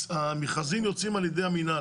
המכרזים יוצאים על ידי המנהל.